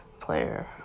player